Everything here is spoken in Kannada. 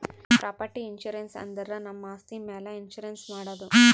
ಪ್ರಾಪರ್ಟಿ ಇನ್ಸೂರೆನ್ಸ್ ಅಂದುರ್ ನಮ್ ಆಸ್ತಿ ಮ್ಯಾಲ್ ಇನ್ಸೂರೆನ್ಸ್ ಮಾಡದು